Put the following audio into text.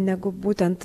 negu būtent